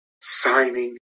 signing